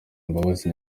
imbabazi